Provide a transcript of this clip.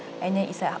and then it's like